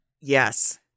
Yes